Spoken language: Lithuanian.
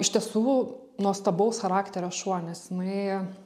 iš tiesų nuostabaus charakterio šuo nes jinai